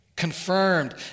Confirmed